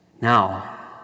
now